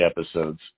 episodes